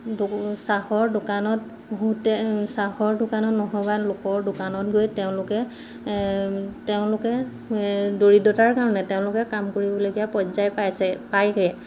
চাহৰ দোকানত চাহৰ দোকানত নহ'বা লোকৰ দোকানত গৈ তেওঁলোকে তেওঁলোকে দৰিদ্ৰতাৰ কাৰণে তেওঁলোকে কাম কৰিবলগীয়া পৰ্য্য়ায় পাইছে পায়গৈ